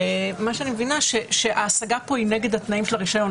ומה שאני מבינה שהשגה פה היא נגד התנאים של הרישיון.